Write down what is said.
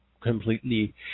completely